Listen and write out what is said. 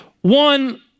One